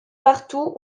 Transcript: partout